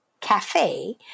Cafe